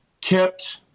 kept